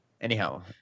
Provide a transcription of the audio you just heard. Anyhow